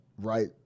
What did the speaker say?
right